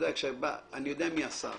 אני יודע מי השר